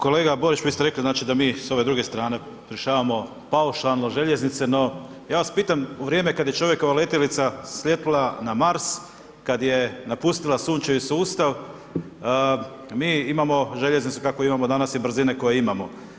Kolega Borić, vi ste rekli, znači da mi s ove druge strane rješavamo paušalno željeznice, no ja sam pitam u vrijeme kad je čovjekova letjelica sletjela na Mars, kad ne napustila Sunčevi sustav, mi imamo željeznicu kakvu imamo danas i brzine koje imamo.